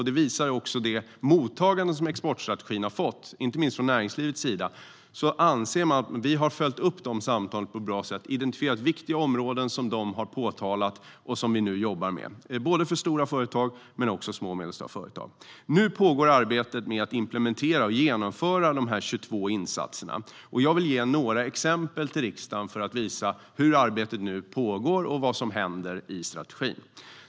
Det mottagande som exportstrategin har fått, inte minst från näringslivets sida, visar att man anser att vi har följt upp samtalen på ett bra sätt och identifierat viktiga områden som de har påpekat och som vi nu jobbar med. Det gäller både för stora företag och för små och medelstora företag. Nu pågår arbetet med att implementera och genomföra de 22 insatserna. Jag vill ge några exempel till riksdagen för att visa hur arbetet pågår och vad som händer i strategin.